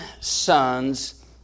sons